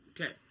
okay